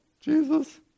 Jesus